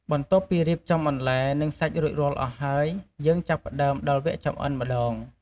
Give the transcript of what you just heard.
បន្ទាប់ពីរៀបចំបន្លែ និងសាច់រួចរាល់អស់ហើយ យើងចាប់ផ្ដើមដល់វគ្គចម្អិនម្ដង។